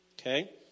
Okay